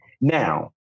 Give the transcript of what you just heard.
Now